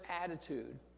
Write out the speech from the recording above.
attitude